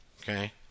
Okay